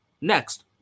Next